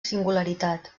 singularitat